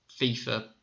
FIFA